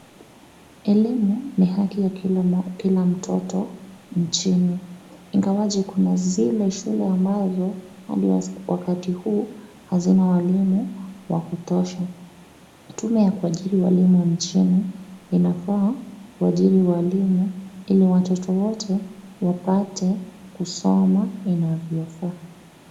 Elimu ni haki ya kila mtoto nchini, ingawaje kuna zile shule ambazo hadi wakati huu hazina walimu wa kutosha. Tume ya kuajiri walimu nchini inafaa kuajiri walimu ili watoto wote wapate kusoma inavyofaa.